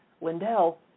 Lindell